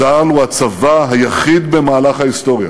צה"ל הוא הצבא היחיד במהלך ההיסטוריה